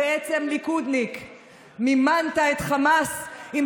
אתה, ביבי, שמסרת את חברון, הוא פה, הוא פה, גברת.